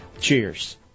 Cheers